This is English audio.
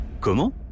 Comment